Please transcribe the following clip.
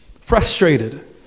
frustrated